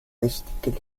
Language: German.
richtig